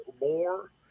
more